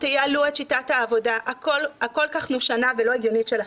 תייעלו את שיטת העבודה הכל-כך נושנה ולא הגיונית שלכם,